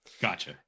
gotcha